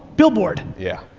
billboard. yeah.